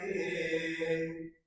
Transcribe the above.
a